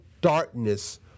darkness